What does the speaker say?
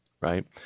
right